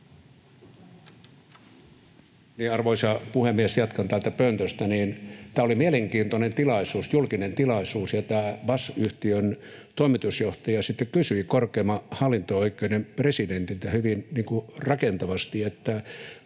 Arvoisa puhemies! Jatkan täältä pöntöstä. — Tämä oli mielenkiintoinen tilaisuus, julkinen tilaisuus, ja tämä BASF-yhtiön toimitusjohtaja sitten kysyi korkeimman hallinto-oikeuden presidentiltä hyvin rakentavasti, että